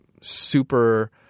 super